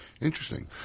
Interesting